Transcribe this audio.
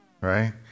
right